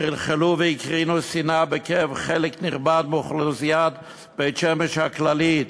חלחלו והקרינו שנאה בקרב חלק נכבד מאוכלוסיית בית-שמש הכללית,